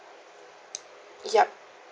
yup